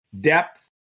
depth